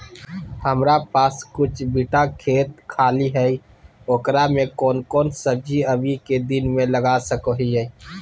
हमारा पास कुछ बिठा खेत खाली है ओकरा में कौन कौन सब्जी अभी के दिन में लगा सको हियय?